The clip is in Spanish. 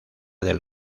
del